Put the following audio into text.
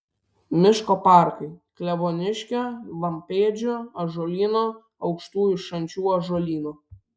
miško parkai kleboniškio lampėdžių ąžuolyno aukštųjų šančių ąžuolyno